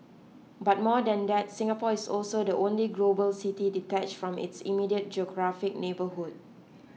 but more than that Singapore is also the only global city detached from its immediate geographic neighbourhood